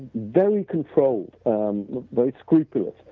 very controlled, um very scrupulous.